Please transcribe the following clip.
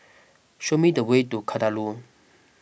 show me the way to Kadaloor